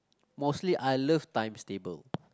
mostly I loves times table